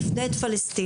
נפדה את פלסטין,